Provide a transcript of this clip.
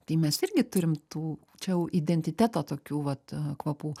tai mes irgi turim tų čia jau identiteto tokių vat kvapų